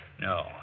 No